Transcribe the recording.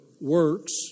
works